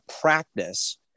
practice